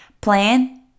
Plan